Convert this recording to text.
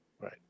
Right